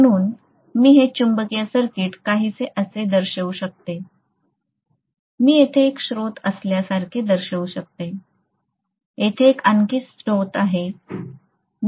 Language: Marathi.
म्हणून मी हे चुंबकीय सर्किट काहीसे असे दर्शवू शकते मी येथे एक स्त्रोत असल्यासारखे दर्शवू शकतो येथे एक आणखी स्त्रोत आहे